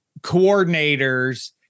coordinators